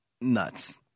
nuts